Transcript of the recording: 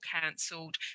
cancelled